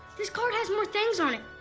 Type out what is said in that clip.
this card has more things on it.